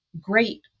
great